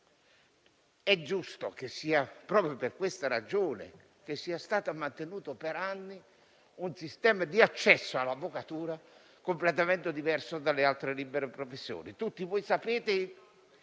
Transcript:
giusto che, proprio per questa ragione, sia stato mantenuto per anni un sistema di accesso all'avvocatura completamente diverso dalle altre libere professioni. Tutti voi sapete,